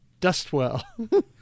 dustwell